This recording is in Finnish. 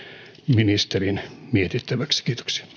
ministerin mietittäväksi